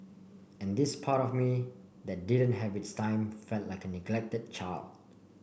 and this part of me that didn't have its time felt like a neglected child